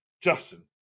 Justin